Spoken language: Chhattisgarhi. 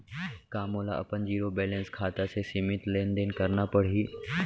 का मोला अपन जीरो बैलेंस खाता से सीमित लेनदेन करना पड़हि?